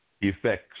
effects